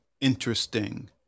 interesting